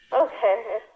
Okay